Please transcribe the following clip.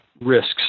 risks